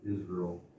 Israel